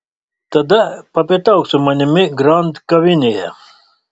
tada papietauk su manimi grand kavinėje